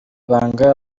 banga